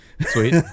sweet